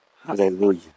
Hallelujah